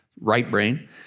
right-brain